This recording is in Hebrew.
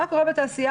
מה קורה בתעשייה?